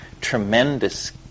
tremendous